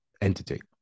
entity